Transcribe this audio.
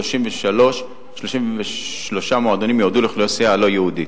33 מועדונים יועדו לאוכלוסייה הלא-יהודית.